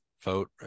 vote